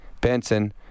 Benson